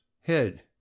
Head